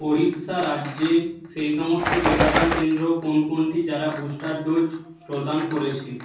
উড়িষ্যা রাজ্যে সেই সমস্ত টিকাদান কেন্দ্র কোন কোনটি যারা বুস্টার ডোজ প্রদান করেছে